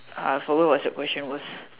I forgot what's the question was